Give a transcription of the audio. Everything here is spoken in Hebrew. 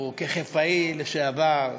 וכחיפאי לשעבר,